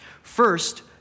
First